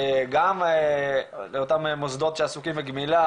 גם לאותם מוסדות שעסוקים בגמילה,